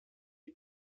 die